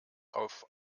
auf